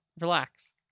relax